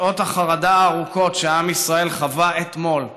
שעות החרדה הארוכות שעם ישראל חווה אתמול,